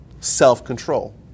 self-control